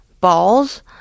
balls